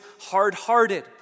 hard-hearted